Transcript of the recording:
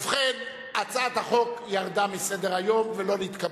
ובכן, הצעת החוק ירדה מסדר-היום ולא נתקבלה.